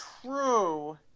True